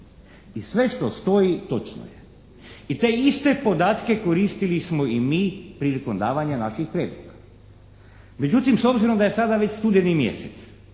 i sve što stoji točno je i te iste podatke koristili smo i mi prilikom davanja naših prijedloga. Međutim, s obzirom da je sada već studeni mjesec